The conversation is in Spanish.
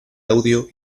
audio